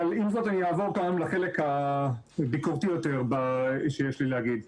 עם זאת אני אעבור לחלק הביקורתי יותר שיש לי להגיד.